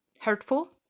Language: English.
hurtful